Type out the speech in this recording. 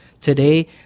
Today